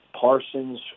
Parsons